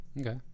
Okay